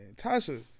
Tasha